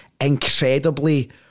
incredibly